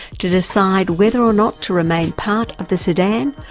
to decide whether or not to remain part of the sudan,